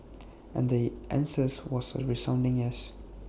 and the answers was A resounding yes